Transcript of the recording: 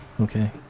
Okay